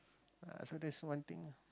ah so that's one thing lah